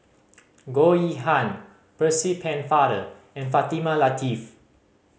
Goh Yihan Percy Pennefather and Fatimah Lateef